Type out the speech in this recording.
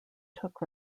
took